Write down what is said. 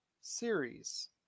series